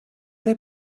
they